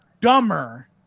dumber